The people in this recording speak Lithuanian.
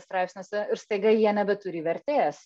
straipsniuose ir staiga jie nebeturi vertės